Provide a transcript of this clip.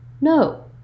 No